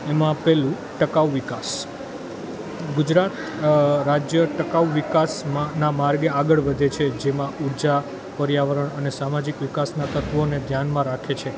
એમાં પહેલું ટકાઉ વિકાસ ગુજરાત રાજ્ય ટકાઉ વિકાસમાંના માર્ગે આગળ વધે છે જેમાં ઉર્જા પર્યાવરણ અને સામાજિક વિકાસના તત્વોને ધ્યાનમાં રાખે છે